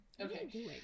Okay